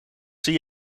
zie